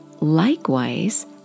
likewise